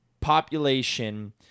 population